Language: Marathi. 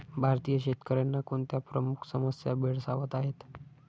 भारतीय शेतकऱ्यांना कोणत्या प्रमुख समस्या भेडसावत आहेत?